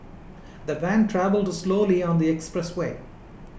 the van travelled slowly on the expressway